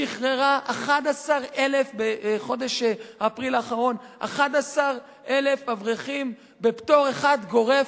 שחררה בחודש אפריל האחרון 11,000 אברכים בפטור אחד גורף,